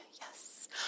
Yes